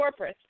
corporates